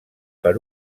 per